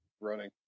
running